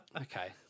Okay